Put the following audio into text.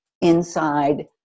inside